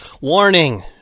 Warning